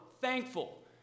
thankful